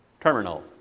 terminal